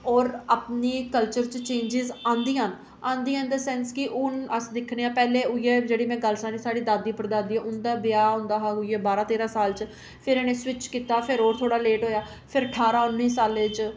होर अपने कल्चर च चेंजज आंदियां न आंदियां इन द सेंस कि हून अस दिक्खने आं कि पैह्ले उयै जेह्ड़ी मैं गल्ल सनानी आं साढ़ी दादी पड़दादी उंदा ब्याह् होंदा हा उयै बारां तेरां साल च ते फिर इ'नें स्विच कीता फिर होर थोह्ड़ा लेट होएआ फिर ठारां उन्नी सालें च